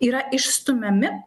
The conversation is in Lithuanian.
yra išstumiami